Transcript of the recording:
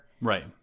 right